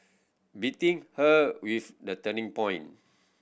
beating her with the turning point